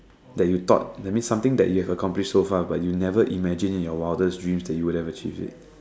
that you thought that means something that you have accomplish so far but you never imagine in your wildest dream that you would have achieved it